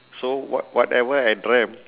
so what~ whatever I dreamt